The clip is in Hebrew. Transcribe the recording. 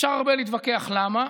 אפשר להתווכח הרבה למה,